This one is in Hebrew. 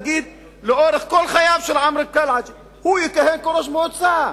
להגיד: לאורך כל חייו של עמרם קלעג'י הוא יכהן כראש מועצה.